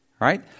right